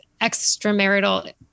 extramarital